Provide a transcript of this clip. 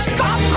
Stop